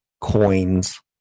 coins